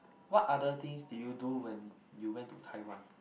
what other things did you do when you went to Taiwan